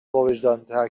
باوجدانتر